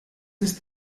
ist